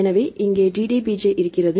எனவே இங்கே DDBJ இருக்கிறது